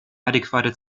adäquate